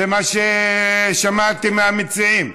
זה מה ששמעתי מהמציעים.